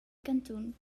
cantun